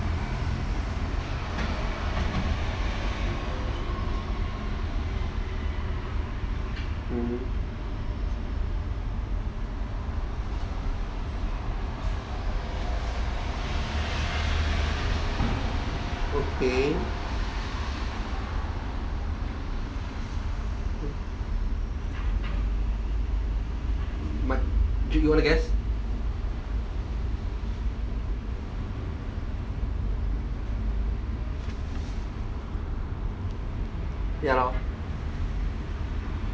mm okay my do you wanna guess ya lor